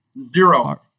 Zero